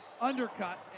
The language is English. undercut